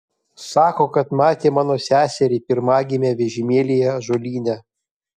sako kad matė mano seserį pirmagimę vežimėlyje ąžuolyne